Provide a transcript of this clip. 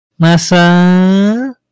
masa